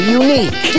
unique